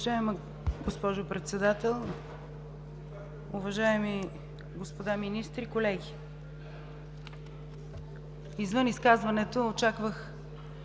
Уважаема госпожо Председател, уважаеми господа министри, колеги! Извън изказването – очаквах